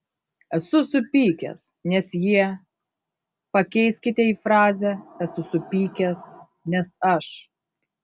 esu supykęs nes jie pakeiskite į frazę esu supykęs nes aš